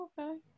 okay